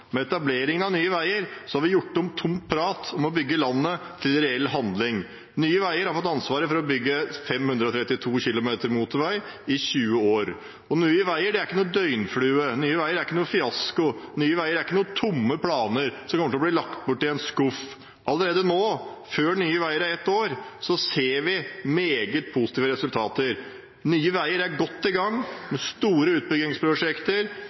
Med etableringen av Nye Veier har vi gjort om tomt prat om å bygge landet til reell handling. Nye Veier har fått ansvaret for å bygge 532 km motorvei i løpet av 20 år. Nye Veier er ikke noen døgnflue, Nye Veier er ikke noen fiasko, og Nye Veier er ikke noen tomme planer som kommer til å bli lagt bort i en skuff. Allerede nå, før Nye Veier er ett år gammelt, ser vi meget positive resultater. Nye Veier er godt i gang med store utbyggingsprosjekter,